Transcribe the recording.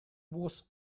was